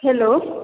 hello